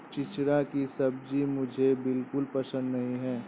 चिचिण्डा की सब्जी मुझे बिल्कुल पसंद नहीं है